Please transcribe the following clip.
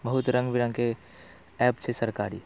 बहुत रङ्गबिरङ्गके ऐप छै सरकारी